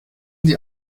die